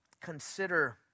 consider